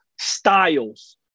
styles